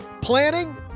Planning